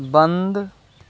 बन्द